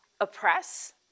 oppress